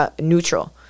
neutral